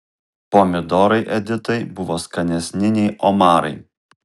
pomidorai editai buvo skanesni nei omarai